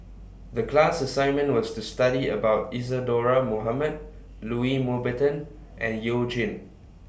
The class assignment was to study about Isadhora Mohamed Louis Mountbatten and YOU Jin